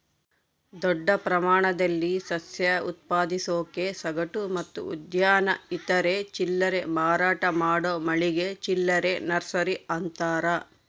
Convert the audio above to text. ದೊಡ್ಡ ಪ್ರಮಾಣದಲ್ಲಿ ಸಸ್ಯ ಉತ್ಪಾದಿಸೋದಕ್ಕೆ ಸಗಟು ಮತ್ತು ಉದ್ಯಾನ ಇತರೆ ಚಿಲ್ಲರೆ ಮಾರಾಟ ಮಾಡೋ ಮಳಿಗೆ ಚಿಲ್ಲರೆ ನರ್ಸರಿ ಅಂತಾರ